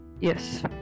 yes